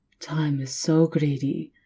time is so greedy.